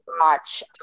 watch